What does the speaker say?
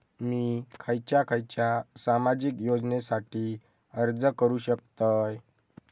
मी खयच्या खयच्या सामाजिक योजनेसाठी अर्ज करू शकतय?